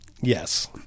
Yes